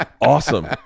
awesome